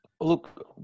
Look